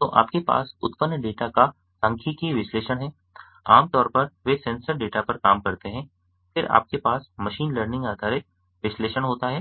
तो आपके पास उत्पन्न डेटा का सांख्यिकीय विश्लेषण है आम तौर पर वे सेंसर डेटा पर काम करते हैं फिर आपके पास मशीन लर्निंग आधारित विश्लेषण होता है